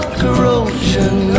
corrosion